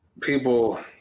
people